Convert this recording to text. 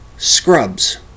scrubs